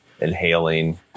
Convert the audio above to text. inhaling